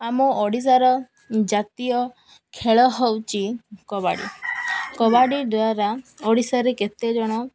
ଆମ ଓଡ଼ିଶାର ଜାତୀୟ ଖେଳ ହେଉଛି କବାଡ଼ି କବାଡ଼ି ଦ୍ୱାରା ଓଡ଼ିଶାରେ କେତେ ଜଣ